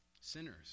Sinners